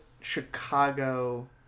Chicago